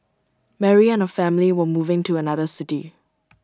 Mary and her family were moving to another city